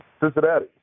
Cincinnati